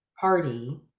party